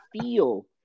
feel